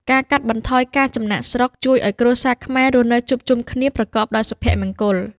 ការកាត់បន្ថយការចំណាកស្រុកជួយឱ្យគ្រួសារខ្មែររស់នៅជួបជុំគ្នាប្រកបដោយសុភមង្គល។